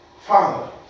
father